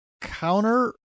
counter